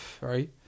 right